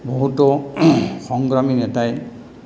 বহুতো সংগ্ৰামী নেতাই